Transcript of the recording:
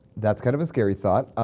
that's kind of a scary thought.